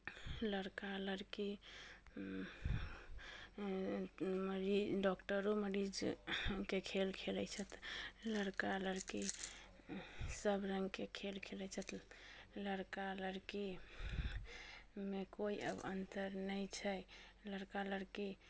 लड़का लड़की मरी डॉक्टरो मरीजके खेल खेलैत छथि लड़का लड़की सभ रङ्गके खेल खेलैत छथि लड़का लड़की मे कोइ अब अन्तर नहि छै लड़का लड़की